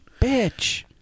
Bitch